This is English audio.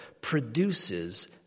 produces